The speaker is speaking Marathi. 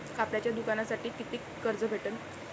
कापडाच्या दुकानासाठी कितीक कर्ज भेटन?